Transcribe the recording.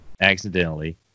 accidentally